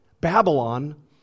Babylon